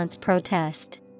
Protest